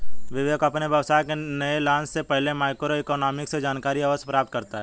विवेक अपने व्यवसाय के नए लॉन्च से पहले माइक्रो इकोनॉमिक्स से जानकारी अवश्य प्राप्त करता है